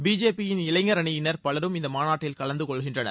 பிஜேபியின் இளைஞரணியினர் பலரும் இந்த மாநாட்டில் கலந்து கொள்கின்றனர்